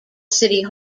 city